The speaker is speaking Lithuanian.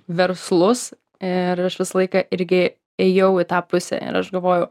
verslus ir aš visą laiką irgi ėjau į tą pusę ir aš galvojau